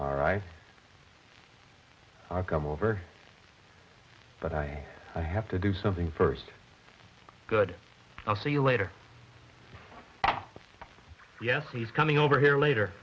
all right i'll come over but i have to do something first good i'll see you later yes he's coming over here later